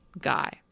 guy